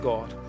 God